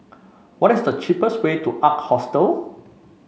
what is the cheapest way to Ark Hostel